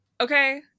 Okay